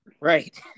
right